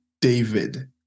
David